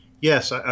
Yes